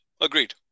agreed